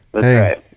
hey